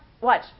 watch